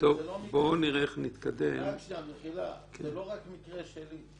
זה לא רק מקרה שלי,